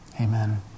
Amen